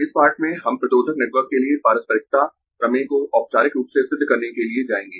इस पाठ में हम प्रतिरोधक नेटवर्क के लिए पारस्परिकता प्रमेय को औपचारिक रूप से सिद्ध करने के लिए जायेंगें